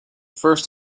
first